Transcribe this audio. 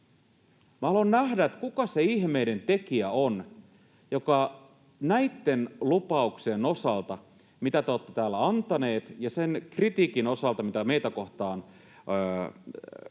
haluan nähdä, kuka se ihmeidentekijä on, joka näitten lupauksien osalta, mitä te olette täällä antaneet, ja sen kritiikin osalta, mitä meitä kohtaan sanoneet,